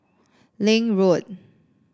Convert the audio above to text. Link Road